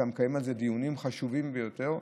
אתה מקיים על זה דיונים חשובים ביותר,